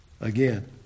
Again